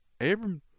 Abram